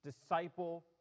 disciple